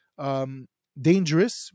dangerous